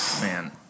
Man